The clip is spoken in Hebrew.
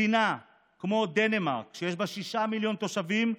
מדינה כמו דנמרק, שיש בה 6 מיליון תושבים,